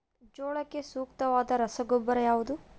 ಜೋಳಕ್ಕೆ ಸೂಕ್ತವಾದ ರಸಗೊಬ್ಬರ ಯಾವುದು?